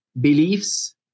beliefs